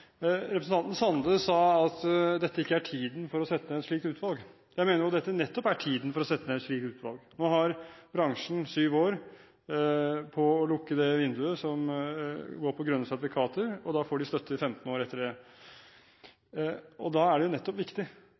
Representanten Sande sa at dette ikke er tiden for å sette ned et slikt utvalg. Jeg mener at dette nettopp er tiden for å sette ned et slikt utvalg. Nå har bransjen syv år på å lukke vinduet for grønne sertifikater, og så får de støtte i 15 år etter det. Da er det viktig